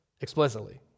explicitly